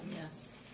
yes